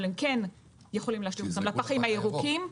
אבל הם כן יכולים להשליך אותם לפחים הירוקים.